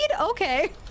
Okay